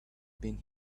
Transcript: been